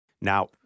Now